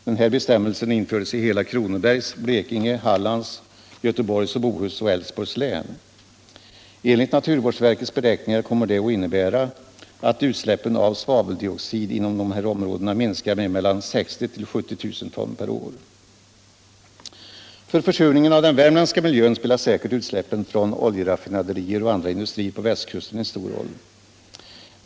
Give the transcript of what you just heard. Den här bestämmelsen infördes i hela Kronobergs, Blekinge, Hallands, Göteborgs och Bohus och Älvsborgs län. Enligt naturvårdsverkets beräkningar kommer detta att innebära att utsläppen av svaveldioxid inom dessa områden minskar med mellan 60 000 och 70 000 ton per år. För försurningen av den värmländska miljön spelar säkert utsläppen från oljeraffinaderier och andra industrier på västkusten en stor roll.